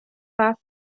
far